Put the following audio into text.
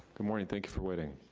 good morning, thank you for waiting.